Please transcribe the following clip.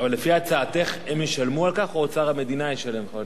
לפי הצעתך הם ישלמו על כך או אוצר המדינה ישלם?